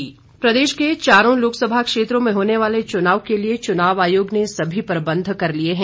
आयोग प्रदेश के चारों लोकसभा क्षेत्रों में होने वाले चुनाव के लिए चुनाव आयोग ने सभी प्रबंध कर लिए हैं